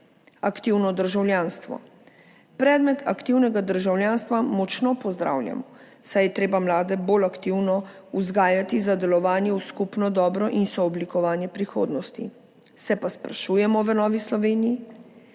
aktivno državljanstvo. Predmet aktivno državljanstvo močno pozdravljamo, saj je treba mlade bolj aktivno vzgajati za delovanje v skupno dobro in sooblikovanje prihodnosti, se pa v Novi Sloveniji